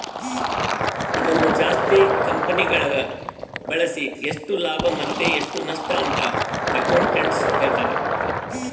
ಇದನ್ನು ಜಾಸ್ತಿ ಕಂಪೆನಿಗಳಗ ಬಳಸಿ ಎಷ್ಟು ಲಾಭ ಮತ್ತೆ ಎಷ್ಟು ನಷ್ಟಅಂತ ಅಕೌಂಟೆಟ್ಟ್ ಹೇಳ್ತಾರ